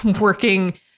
working